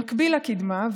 במקביל לקדמה,